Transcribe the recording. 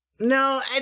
No